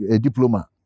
diploma